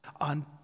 on